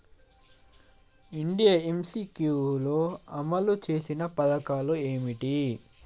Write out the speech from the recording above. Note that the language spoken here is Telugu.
ఇండియా ఎమ్.సి.క్యూ లో అమలు చేసిన పథకాలు ఏమిటి?